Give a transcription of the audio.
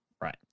Right